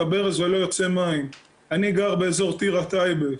הברז ולא יוצא מים - אני גר באזור טירה-טייבה,